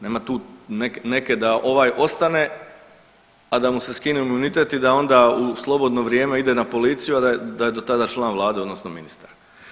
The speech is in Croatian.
Nema tu neke da ovaj ostane, a da mu se skine imunitet i da onda u slobodno vrijeme ide na policiju, a da je do tada član vlade odnosno ministar.